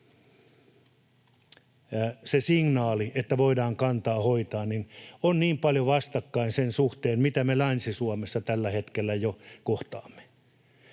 se signaali, että voidaan kantaa hoitaa, on niin paljon vastakkain sen suhteen, mitä me Länsi-Suomessa tällä hetkellä jo kohtaamme.